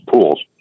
pools